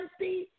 empty